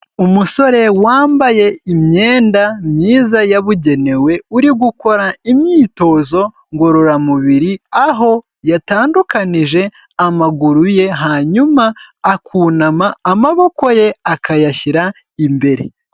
Umusore wambaye imyenda myiza yabugenewe uri gukora imyitozo ngororamubiri, aho yatandukanije amaguru ye hanyuma akunama amaboko ye akayashyira imbere.